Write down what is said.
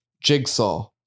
Jigsaw